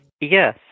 Yes